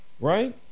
Right